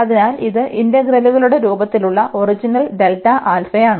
അതിനാൽ ഇത് ഇന്റഗ്രലുകളുടെ രൂപത്തിലുള്ള ഒറിജിനൽ ആണ്